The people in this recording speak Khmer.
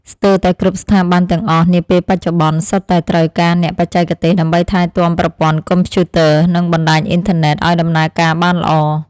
ស្ទើរតែគ្រប់ស្ថាប័នទាំងអស់នាពេលបច្ចុប្បន្នសុទ្ធតែត្រូវការអ្នកបច្ចេកទេស ដើម្បីថែទាំប្រព័ន្ធកុំព្យូទ័រនិងបណ្តាញអ៊ីនធឺណិតឱ្យដំណើរការបានល្អ។